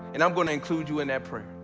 and i'm gonna include you in that prayer.